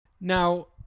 Now